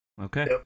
okay